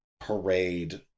parade